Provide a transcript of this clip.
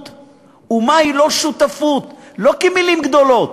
מהי שותפות ומהי לא-שותפות, לא כמילים גדולות,